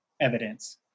evidence